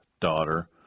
daughter